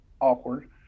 awkward